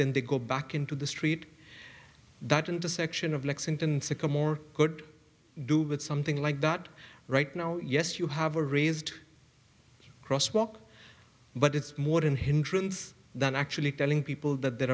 then they go back into the street that intersection of lexington sycamore could do with something like that right now yes you have a raised crosswalk but it's more than hindrance than actually telling people th